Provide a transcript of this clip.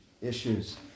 issues